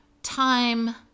time